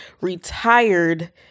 retired